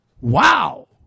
Wow